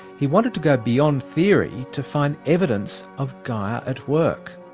he wanted to go beyond theory to find evidence of gaia at work.